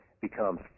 becomes